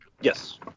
Yes